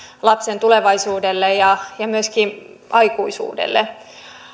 lapsen tulevaisuudelle ja ja myöskin aikuisuudelle